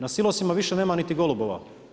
Na silosima više nema niti golubova.